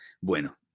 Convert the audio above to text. Bueno